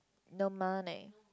no money